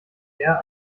der